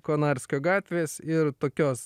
konarskio gatvės ir tokios